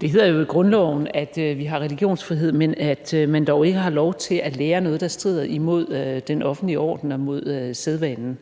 Det hedder jo i grundloven, at vi har religionsfrihed, men at man dog ikke har lov til at lære noget, der strider mod den offentlige orden og mod sædvanen.